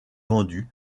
vendues